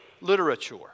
literature